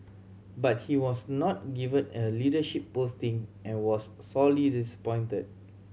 but he was not given a leadership posting and was sorely disappointed